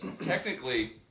technically